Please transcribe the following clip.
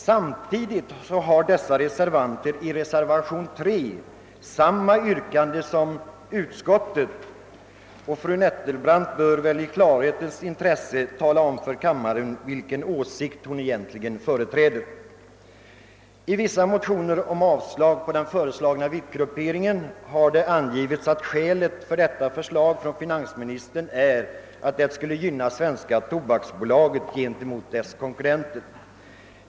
Samtidigt har dessa reservanter i reservation 3 samma yrkande som utskottet. Fru Nettelbrandt bör i klärhetens intresse tala om för kammaren vilken åsikt hon egentligen företräder. I vissa motioner om avslag på den föreslagna viktgrupperingen har det angivits att skälet för detta förslag från finansministern är att det skulle gynna Svenska Tobaks AB gentemot dess konkurrenter.